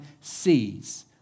sees